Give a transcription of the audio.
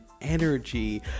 energy